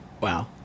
Wow